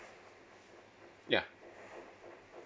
yeah